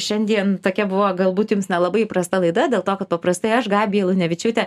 šiandien tokia buvo galbūt jums nelabai įprasta laida dėl to kad paprastai aš gabija lunevičiūtė